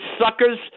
suckers